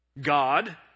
God